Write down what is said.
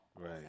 Right